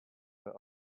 but